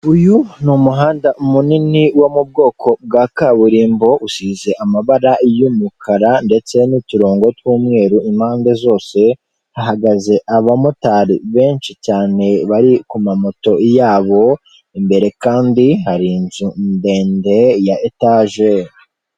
Uyu umuhanda munini wo mu bwoko bwa kaburimbo usize amabara y'umukara ndetse n'uturongo tw'umweru impande zose hagaze abamotari benshi cyane bari ku ma moto yabo imbere kandi hari inzu ndende ya etage.